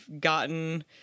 gotten